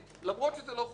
למרות שזה לא חוקתי,